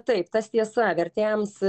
taip tas tiesa vertėjams